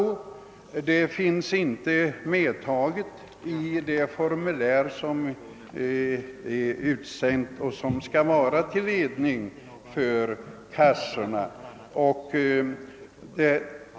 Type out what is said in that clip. Några anvisningar härvidlag finns emellertid inte medtagna i det formulär som utsänds från riksförsäkringsverket till försäkringskassorna.